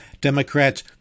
Democrats